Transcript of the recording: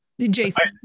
Jason